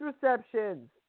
receptions